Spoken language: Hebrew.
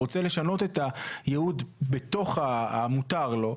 והוא רוצה לשנות את הייעוד בתוך המותר לו,